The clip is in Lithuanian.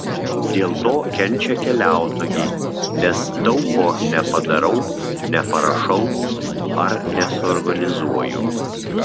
dėl to kenčia keliautojai nes daug ko nepadarau neparašau ar nesuorganizuoju